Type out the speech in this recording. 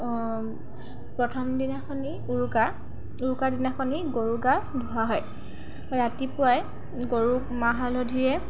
প্ৰথম দিনাখনি উৰুকা উৰুকাৰ দিনাখনি গৰু গা ধোৱা হয় ৰাতিপুৱাই গৰুক মাহ হালধিৰে